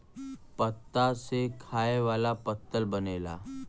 पत्ता से खाए वाला पत्तल बनेला